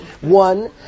One